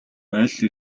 аль